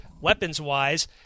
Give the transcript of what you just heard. weapons-wise